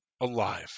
alive